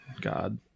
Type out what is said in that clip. god